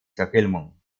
verfilmung